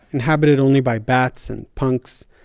inhabited only by bats and punks,